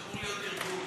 אמור להיות תרגום.